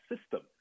system